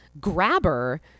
grabber